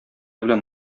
белән